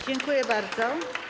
Dziękuję bardzo.